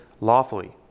lawfully